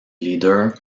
leader